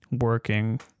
working